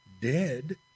dead